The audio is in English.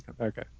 Okay